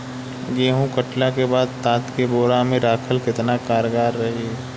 गेंहू कटला के बाद तात के बोरा मे राखल केतना कारगर रही?